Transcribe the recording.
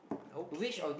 okay